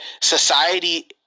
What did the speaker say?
society